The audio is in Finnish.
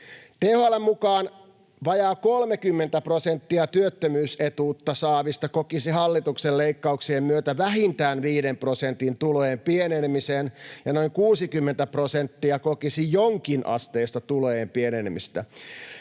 THL:n mukaan vajaa 30 prosenttia työttömyysetuutta saavista kokisi hallituksen leikkauksien myötä vähintään viiden prosentin pienenemisen tuloissaan ja noin 60 prosenttia kokisi jonkinasteista tulojen pienenemistä.